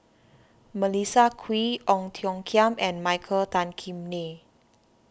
Melissa Kwee Ong Tiong Khiam and Michael Tan Kim Nei